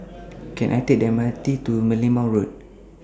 Can I Take The M R T to Merlimau Road